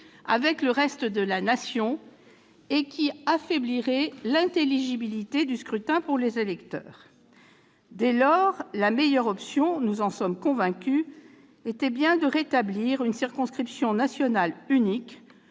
avec le reste de la Nation et qui affaiblirait l'intelligibilité du scrutin pour les électeurs. Dès lors, la meilleure option- nous en sommes convaincus -était bien la circonscription nationale unique.